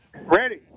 Ready